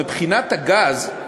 מבחינת הגז,